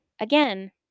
again